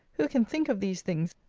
who can think of these things,